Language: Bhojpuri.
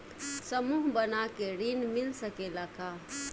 समूह बना के ऋण मिल सकेला का?